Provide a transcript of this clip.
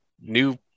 new